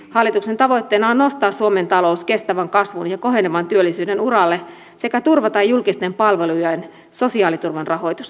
hallituksen tavoitteena on nostaa suomen talous kestävän kasvun ja kohenevan työllisyyden uralle sekä turvata julkisten palvelujen sosiaaliturvan rahoitus